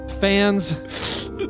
fans